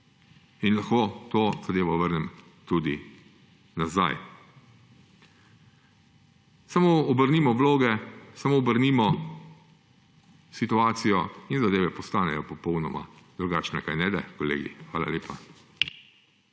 In to zadevo lahko vrnem tudi nazaj. Samo obrnimo vloge, samo obrnimo situacijo in zadeve postanejo popolnoma drugačne, kajneda, kolegi? Hvala lepa.